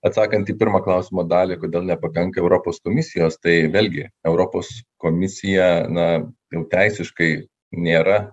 atsakant į pirmą klausimo dalį kodėl nepakanka europos komisijos tai vėlgi europos komisija na jau teisiškai nėra